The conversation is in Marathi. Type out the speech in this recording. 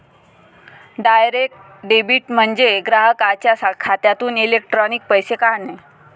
डायरेक्ट डेबिट म्हणजे ग्राहकाच्या खात्यातून इलेक्ट्रॉनिक पैसे काढणे